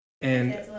And-